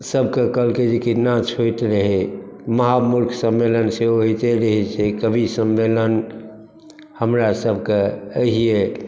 सभक कहलकै कि जे नाच होइत रहै महामूर्ख सम्मेलन सेहो होइते रहै छै कवि सम्मेलन हमरा सभके अहिए